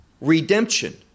redemption